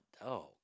dog